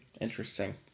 interesting